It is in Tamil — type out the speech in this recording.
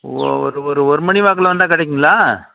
ஓ ஒரு ஒரு ஒரு மணி வாக்கில் வந்தால் கிடைக்குங்களா